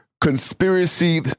conspiracy